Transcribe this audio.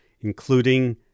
including